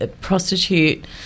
prostitute